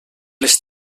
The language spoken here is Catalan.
les